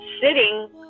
sitting